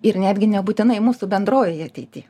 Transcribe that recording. ir netgi nebūtinai mūsų bendrojoj ateity